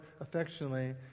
affectionately